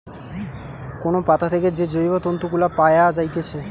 কোন পাতা থেকে যে জৈব তন্তু গুলা পায়া যাইতেছে